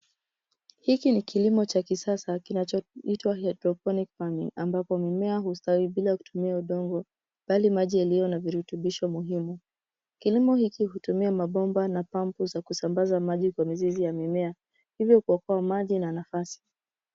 Hiki ni kilimo cha kisasa kinachoitwa [hydroponic farming] ambapo mimea hustawi bila kutumia udongo, bali maji yaliyo na virutubisho muhimu. Kilimo hiki hutumia mabomba na pampu za kusambaza maji kwa mizizi ya mimea, hivyo kuokoa maji na nafasi.